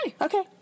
Okay